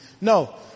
No